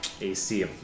AC